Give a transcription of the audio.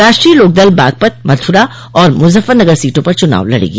राष्ट्रीय लोकदल बागपत मथुरा और मुजफ्फरनगर सीटों पर चुनाव लड़ेगी